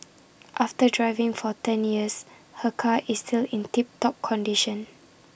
after driving for ten years her car is still in tip top condition